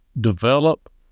Develop